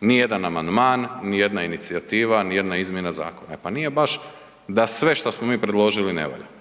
nijedan amandman, nijedna inicijativa, nijedna izmjena zakona. E, pa nije baš da sve šta smo mi predložili ne valja.